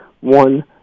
one